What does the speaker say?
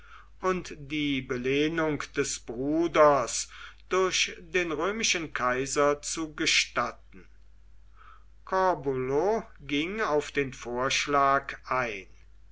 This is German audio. und die belehnung des bruders durch den römischen kaiser zu gestatten corbulo ging auf den vorschlag ein